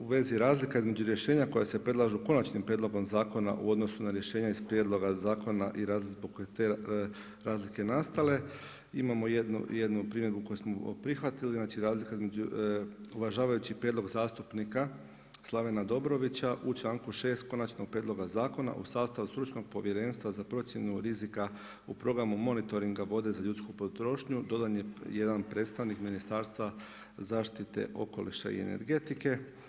U vezi razlika između rješenja koja se predlažu konačnim Prijedlogom zakona u odnosu na rješenja iz Prijedloga zakona i zbog kojeg su te razlike nastale, imamo jednu primjedbu koju smo prihvatili, znači razlika između, uvažavajući prijedlog zastupnika Slavena Dobrovića u članku 6. Konačnog prijedloga zakona u sastavu stručnog povjerenstva za procjenu rizika u programu monitoringa vode za ljudsku potrošnju dodan je 1 predstavnik Ministarstva zaštite okoliša i energetike.